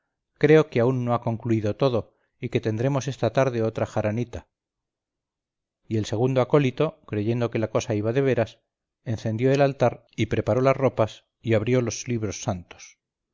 creo que aún no ha concluido todo y que tendremos esta tarde otra jaranita y el segundo acólito creyendo que la cosa iba de veras encendió el altar y preparó las ropas y abrió los libros santos